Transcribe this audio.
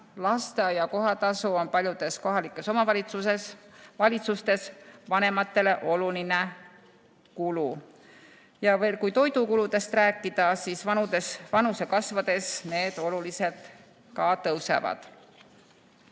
lasteaia kohatasu on paljudes kohalikes omavalitsustes vanematele oluline kulu. Aga kui toidukuludest rääkida, siis vanuse kasvades need oluliselt tõusevad.